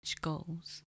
goals